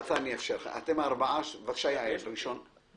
רוצה לראות אם אני יודע להתחבר בעניין הזה כאן, או